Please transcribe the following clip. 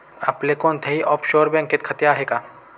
आपले कोणत्याही ऑफशोअर बँकेत खाते आहे का?